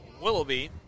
Willoughby